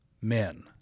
men